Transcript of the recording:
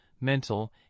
mental